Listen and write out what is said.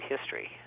history